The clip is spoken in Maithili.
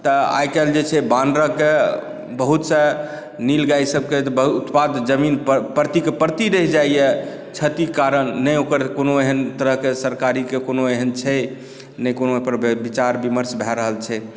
तऽ आइकाल्हि जे छै बान्ह धए के बहुत सा नीलगायसभ उत्पात जमीन परतीके परती रहि जाइए क्षतिक कारण नहि ओकर कोनो एहन तरहके सरकारी कोनो एहन छै नहि कोनो एहिपर विचार विमर्श भए रहल छै